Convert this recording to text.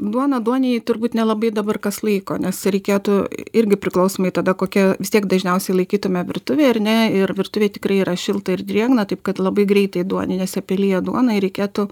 duoną duoninėj turbūt nelabai dabar kas laiko nes reikėtų irgi priklausomai tada kokia vis tiek dažniausiai laikytume virtuvėj ar ne ir virtuvėj tikrai yra šilta ir drėgna taip kad labai greitai duoninėse pelija duona ir reikėtų